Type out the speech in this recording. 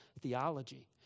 theology